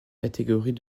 catégories